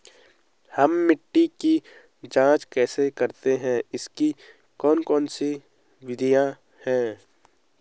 हम मिट्टी की जांच कैसे करते हैं इसकी कौन कौन सी विधियाँ है?